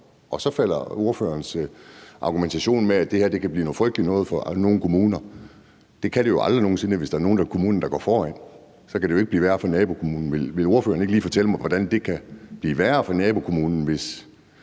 Og så falder ordførerens argumentation med, at det her kan blive noget frygteligt noget for nogle kommuner. Det kan det jo aldrig nogen sinde, hvis der er nogle af kommunerne, der går foran. Så kan det jo ikke blive værre for nabokommunen. Vil ordføreren ikke lige fortælle mig, hvordan det kan blive værre for nabokommunen? Hvis